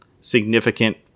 significant